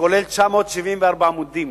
שכולל 974 עמודים,